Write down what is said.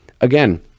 again